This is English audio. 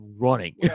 running